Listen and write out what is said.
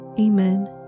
Amen